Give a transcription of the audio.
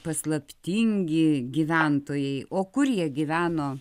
paslaptingi gyventojai o kur jie gyveno